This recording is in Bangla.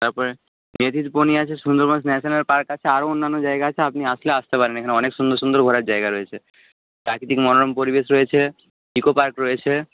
তারপরে মেদিরবনি আছে সুন্দরবন ন্যাশনাল পার্ক আছে আরো অন্যান্য জায়গা আছে আপনি আসলে আসতে পারেন এখানে অনেক সুন্দর সুন্দর ঘোরার জায়গা রয়েছে প্রাকৃতিক মনোরম পরিবেশ রয়েছে ইকো পার্ক রয়েছে